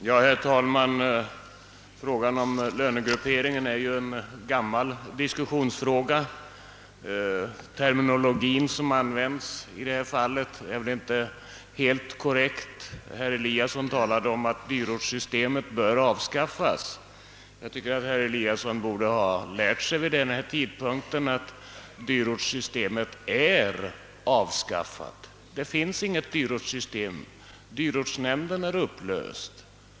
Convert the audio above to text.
Herr talman! Lönegrupperingen är en gammal diskussionsfråga. Den terminologi som används i detta fall är väl inte helt korrekt. Herr Eliasson i Sundborn talade om att dyrortssystemet bör avskaffas. Jag tycker att herr Eliasson vid denna tidpunkt borde ha lärt sig att dyrortssystemet är avskaffat. Det finns inte längre något dyrortssystem. Dyrortsnämnden är upplöst.